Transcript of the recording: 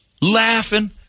laughing